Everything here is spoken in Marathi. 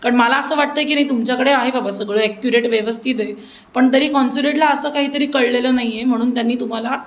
कारण मला असं वाटतं की नाही तुमच्याकडे आहे बाबा सगळं ॲक्युरेट व्यवस्थित आहे पण तरी कॉन्सुलेटला असं काहीतरी कळलेलं नाही आहे म्हणून त्यांनी तुम्हाला